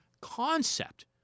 concept